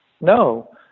No